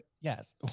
yes